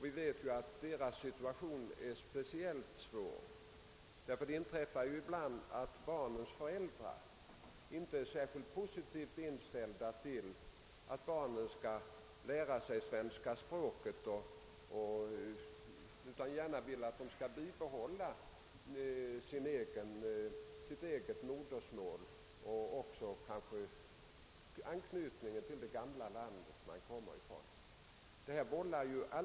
Vi vet att deras situation är speciellt svår, ty det inträffar ju att barnens föräldrar inte är speciellt positivt inställda till att barnen skall lära sig svenska språket utan gärna vill att de skall bibehålla sitt eget modersmål och kanske även anknytningen till det gamla landet som man kommer ifrån.